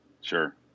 Sure